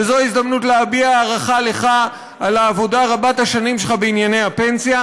וזו הזדמנות להביע הערכה לך על העבודה רבת-השנים שלך בענייני הפנסיה,